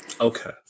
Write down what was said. Okay